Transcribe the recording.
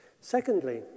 Secondly